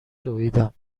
دویدم